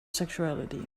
sexuality